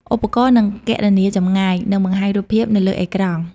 ឧបករណ៍នឹងគណនាចម្ងាយ និងបង្ហាញរូបភាពនៅលើអេក្រង់។